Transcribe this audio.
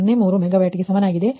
03 megawatt ಗೆ ಸಮನಾಗಿದೆ